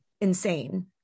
insane